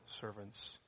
servants